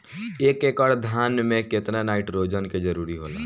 एक एकड़ धान मे केतना नाइट्रोजन के जरूरी होला?